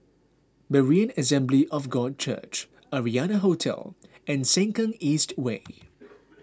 Berean Assembly of God Church Arianna Hotel and Sengkang East Way